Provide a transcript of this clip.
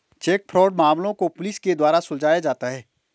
check fraud मामलों को police के द्वारा सुलझाया जाता है